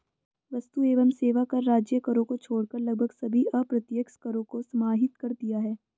वस्तु एवं सेवा कर राज्य करों को छोड़कर लगभग सभी अप्रत्यक्ष करों को समाहित कर दिया है